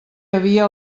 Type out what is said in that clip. havia